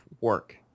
work